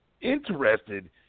interested